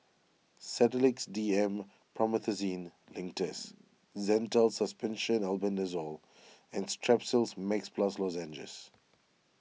Sedilix D M Promethazine Linctus Zental Suspension Albendazole and Strepsils Max Plus Lozenges